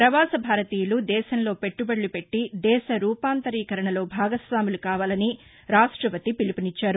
ప్రవాస భారతీయులు దేశంలో పెట్టుబడులు పెట్టి దేశ రూపాంతరీకరణలో భాగస్వాములు కావాలని రాష్టపతి పిలుపునిచ్చారు